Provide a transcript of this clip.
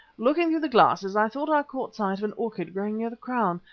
looking through the glasses i thought i caught sight of an orchid growing near the crown,